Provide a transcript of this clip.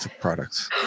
products